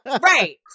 Right